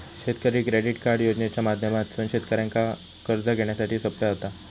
शेतकरी credit card योजनेच्या माध्यमातसून शेतकऱ्यांका कर्ज घेण्यासाठी सोप्या व्हता